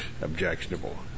objectionable